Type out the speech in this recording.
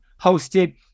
hosted